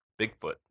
Bigfoot